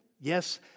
Yes